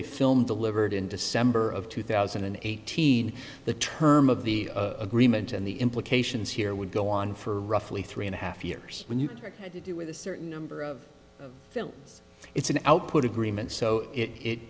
a film delivered in december of two thousand and eighteen the term of the agreement and the implications here would go on for roughly three and a half years when you try to do with a certain number of films it's an output agreement so it